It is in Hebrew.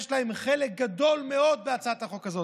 יש להם חלק גדול בהצעת החוק הזאת,